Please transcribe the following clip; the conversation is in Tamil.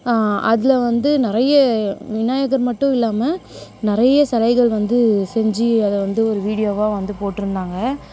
அதில் வந்து நிறைய விநாயகர் மட்டும் இல்லாமல் நிறைய சிலைகள் வந்து செஞ்சு அதை வந்து ஒரு வீடியோவாக வந்து போட்டுருந்தாங்க